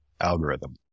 algorithm